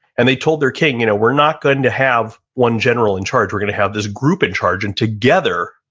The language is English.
and they told their king, you know we're not going to have one general in charge. we're going to have this group in charge. and together,